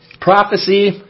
Prophecy